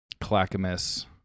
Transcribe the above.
Clackamas